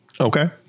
Okay